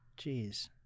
Jeez